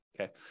Okay